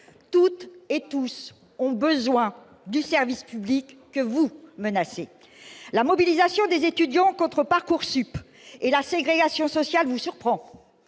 Toutes et tous ont besoin du service public que vous menacez ! La mobilisation des étudiants contre Parcoursup et la ségrégation sociale vous surprend.